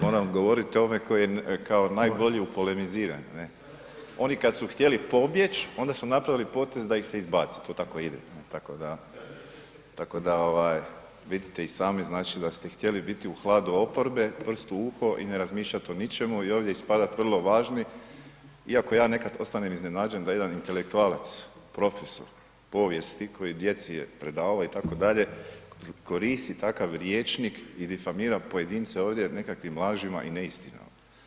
Moram, moram odgovoriti ovom koji je kao najbolji u polemiziranju ne, oni kad su htjeli pobjeć onda su napravili potez da ih se izbaci, to tako ide, tako da ovaj vidite i sami da ste htjeli biti u hladu oporbe, prst u uho i ne razmišljat o ničemu i ovdje ispadat vrlo važni iako ja nekad ostanem iznenađen da jedan intelektualac, profesor povijesti koji djeci je predavao itd., koristi takav rječnik i difamira pojedince ovdje nekakvim lažima i neistinama.